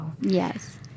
Yes